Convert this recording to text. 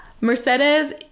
Mercedes